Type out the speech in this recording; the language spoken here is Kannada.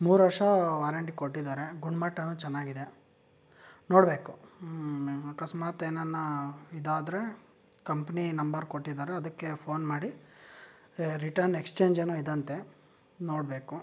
ಮೂರು ವರ್ಷ ವಾರೆಂಟಿ ಕೊಟ್ಟಿದ್ದಾರೆ ಗುಣ್ಮಟ್ಟವೂ ಚೆನ್ನಾಗಿದೆ ನೋಡಬೇಕು ಅಕಸ್ಮಾತ್ ಏನಾನ ಇದಾದರೆ ಕಂಪನಿ ನಂಬರ್ ಕೊಟ್ಟಿದ್ದಾರೆ ಅದಕ್ಕೆ ಫೋನ್ ಮಾಡಿ ರಿಟರ್ನ್ ಎಕ್ಸ್ಚೇಂಜ್ ಏನೋ ಇದಂತೆ ನೋಡಬೇಕು